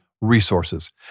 resources